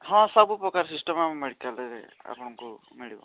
ହଁ ସବୁ ପ୍ରକାର ସିଷ୍ଟମ୍ ଆମ ମେଡ଼ିକାଲରେ ଆପଣଙ୍କୁ ମିଳିବ